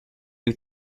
you